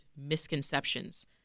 misconceptions